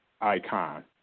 icon